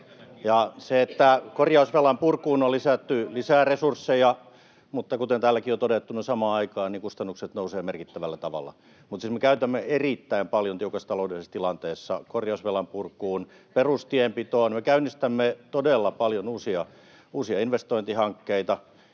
ja korjausvelan purkuun on lisätty lisää resursseja. Mutta kuten täälläkin on jo todettu, samaan aikaan kustannukset nousevat merkittävällä tavalla. Mutta me siis käytämme erittäin paljon tiukassa taloudellisessa tilanteessa korjausvelan purkuun, perustienpitoon. Me käynnistämme todella paljon uusia investointihankkeita.